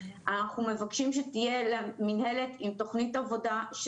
אנחנו מבקשים שתהיה מנהלת עם תוכנית עבודה מסודרת